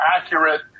accurate